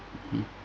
mm